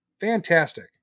Fantastic